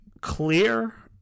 clear